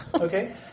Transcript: Okay